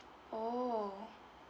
oh